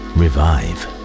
revive